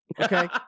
Okay